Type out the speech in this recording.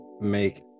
make